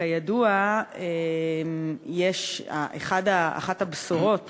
כידוע, אחת הבשורות